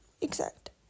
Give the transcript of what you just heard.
exact